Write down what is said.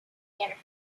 later